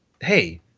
Hey